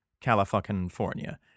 California